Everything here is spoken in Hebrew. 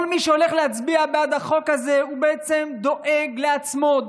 כל מי שהולך להצביע בעד החוק הזה הוא בעצם דואג לעצמו,